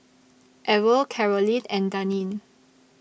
Ewell Caroline and Daneen